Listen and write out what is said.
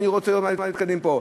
אני רוצה לראות מה התקדם פה.